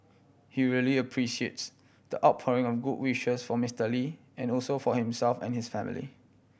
he really appreciates the outpouring of good wishes for Mister Lee and also for himself and his family